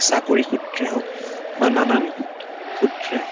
চাকৰি সূত্ৰে হওক বা নানান সূত্ৰে